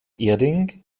erding